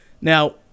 Now-